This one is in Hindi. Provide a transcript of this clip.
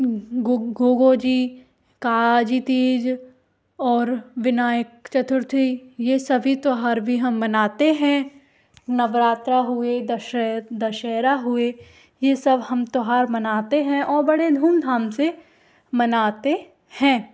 गो गोगो जी काजी तीज और विनायक चतुर्थी ये सभी त्यौहार भी हम मनाते हैं नवरात्रा हुए दश दशहरा हुए ये सब हम त्यौहार मनाते हैं और बड़े धूमधाम से मनाते हैं